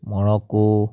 Morocco